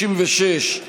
שזה היה הרב שטיינמן,